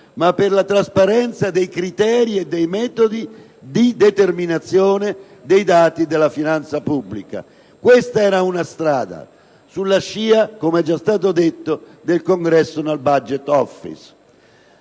ma per la trasparenza dei criteri e dei metodi di determinazione dei dati della finanza pubblica. Questa era una strada, sulla scia, come è già stato detto, del *Congressional budget office*.